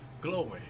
Glory